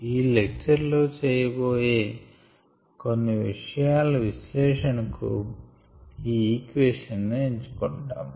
ఈ లెక్చర్ లో చేయబోయే కొన్నీ విషయాల విశ్లేషణ కు ఈ ఈక్వేషన్ ను ఎంచుకొంటాము